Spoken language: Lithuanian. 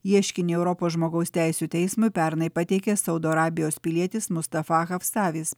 ieškinį europos žmogaus teisių teismui pernai pateikė saudo arabijos pilietis mustafa hafsavis